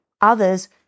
Others